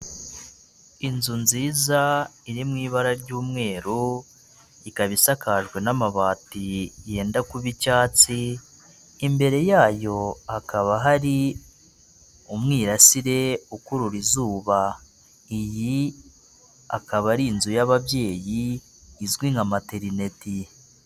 Inzu nziza iri mu ibara ry'umweru ikaba isakajwe n'amabati yenda kuba icyatsi, imbere yayo hakaba hari umwirasire ukurura izuba, iyi akaba ari inzu y'ababyeyi izwi nka materineti.